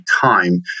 time